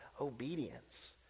obedience